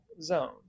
zone